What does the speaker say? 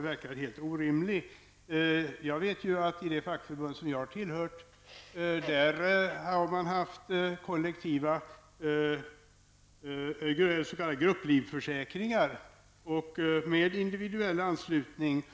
verkar helt orimligt. Jag vet att i det fackförbund som jag har tillhört hade man kollektiva s.k. grupplivförsäkringar med individuell anslutning.